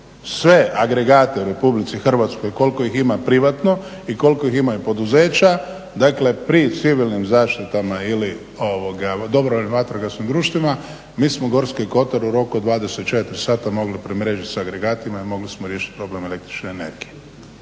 sve agregate u RH i koliko ih ima privatno i koliko ih ima poduzeća dakle pri civilnim zaštitama ili ovoga u dobrovoljnim vatrogasnim društvima mi smo Gorski Kotar u roku od 24 sata mogli premrežit s agregatima i mogli smo riješiti problem električne energije.